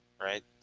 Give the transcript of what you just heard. right